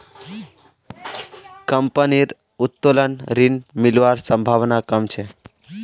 कंपनीर उत्तोलन ऋण मिलवार संभावना कम छ